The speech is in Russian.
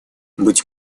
быть